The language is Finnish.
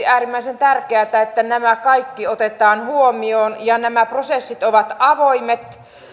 äärimmäisen tärkeätä että nämä kaikki otetaan huomioon ja nämä prosessit ovat avoimet